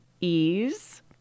ease